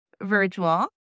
virtual